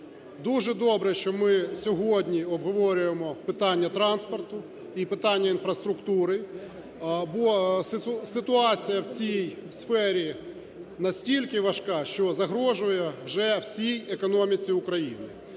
Дуже добре, що ми сьогодні обговорюємо питання транспорту і питання інфраструктури, бо ситуація в цій сфері настільки важка, що загрожує вже всій економіці України.